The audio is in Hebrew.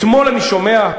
אתמול אני שומע,